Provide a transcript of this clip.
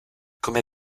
come